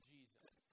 Jesus